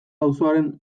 auzoaren